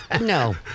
No